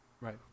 Right